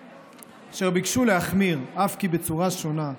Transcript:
אשר ביקשו להחמיר את הסנקציות, אף כי בצורה שונה,